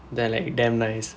then like damn nice